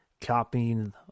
copying